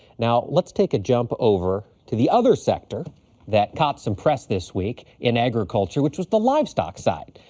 now, let's take a jump over to the other sector that caught some press this week in agriculture which was the livestock side.